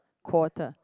quarter